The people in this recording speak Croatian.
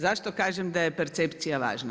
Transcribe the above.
Zašto kažem da je percepcija važna?